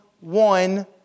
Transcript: one